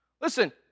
Listen